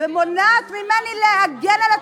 ומונעת ממני להגן על עצמי,